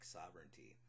sovereignty